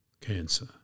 cancer